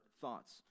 thoughts